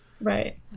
Right